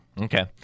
Okay